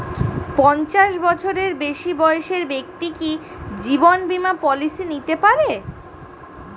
পঞ্চাশ বছরের বেশি বয়সের ব্যক্তি কি জীবন বীমা পলিসি নিতে পারে?